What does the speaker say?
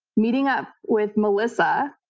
meeting up with melissa,